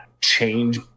change